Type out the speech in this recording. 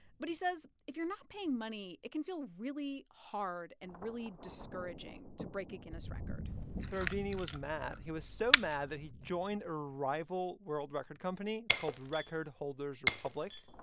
but he says if you're not paying money, it can feel really hard and really discouraging to break a guinness record throwdini was mad. he was so mad that he joined a rival world record company. it's called record holders republic.